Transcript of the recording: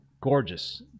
gorgeous